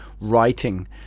writing